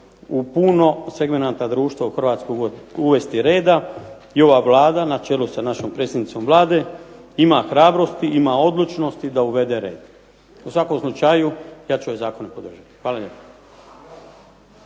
u puno segmenata društva u Hrvatskoj uvesti reda. I ova Vlada na čelu sa našom predsjednicom Vlade ima hrabrosti, ima odlučnosti da uvede red. U svakom slučaju ja ću zakon podržati. Hvala lijepo.